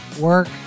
work